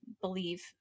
believe